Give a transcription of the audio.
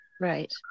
Right